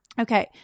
Okay